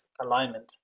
alignment